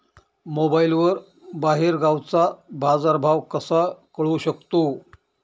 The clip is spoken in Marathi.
मोबाईलवर बाहेरगावचा बाजारभाव कसा कळू शकतो?